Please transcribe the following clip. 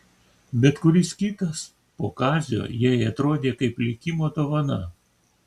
bet kuris kitas po kazio jai atrodė kaip likimo dovana